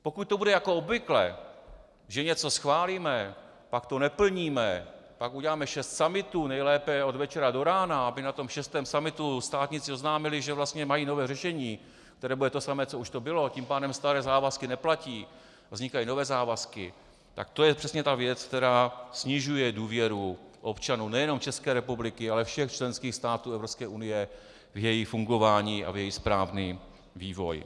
Pokud to bude jako obvykle, že něco schválíme, pak to neplníme, pak uděláme šest summitů, nejlépe od večera do rána, aby na šestém summitu státníci oznámili, že vlastně mají nové řešení, které bude to samé, co už bylo, a tím pádem staré závazky neplatí a vznikají nové závazky, tak to je přesně věc, která snižuje důvěru občanů nejenom České republiky, ale všech členských států Evropské unie v její fungování a v její správný vývoj.